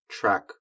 track